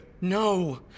No